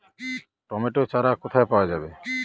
Tomato চারা কোথায় পাওয়া যাবে?